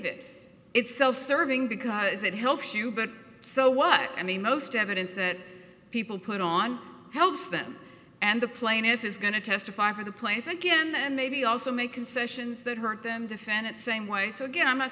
it it's self serving because it helps you but so what i mean most evidence that people put on helps them and the plaintiff is going to testify for the place again and maybe also make concessions that hurt them defend it same way so again i'm not